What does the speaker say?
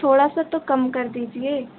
थोड़ा सा तो कम कर दीजिए